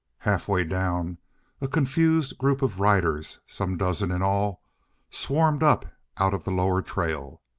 halfway down a confused group of riders some dozen in all swarmed up out of the lower trail.